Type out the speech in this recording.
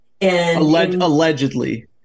Allegedly